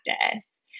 practice